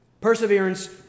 Perseverance